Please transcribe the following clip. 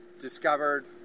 discovered